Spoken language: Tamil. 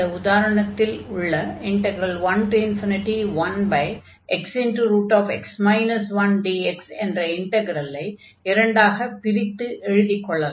இந்த உதாரணத்தில் உள்ள 11xx 1dx என்ற இண்டக்ரலை இரண்டாகப் பிரித்து எழுதிக் கொள்ளலாம்